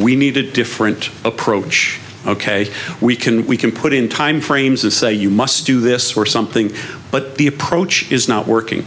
we need to different approach ok we can we can put in timeframes of say you must do this or something but the approach is not working